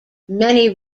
many